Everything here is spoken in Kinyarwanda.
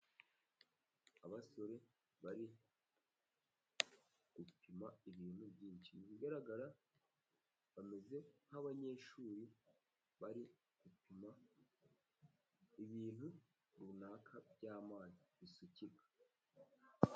Abasore bari gupima ibintu byinshi bigaragara ko bameze nk'abanyeshuri bari gupima ibintu runaka by'amazi bisukika.